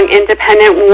independent